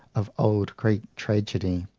of old greek tragedy.